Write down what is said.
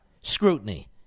scrutiny